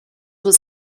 was